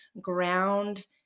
ground